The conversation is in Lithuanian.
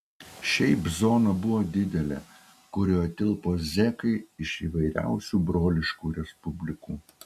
šiaip zona buvo didelė kurioje tilpo zekai iš įvairiausių broliškų respublikų